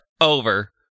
over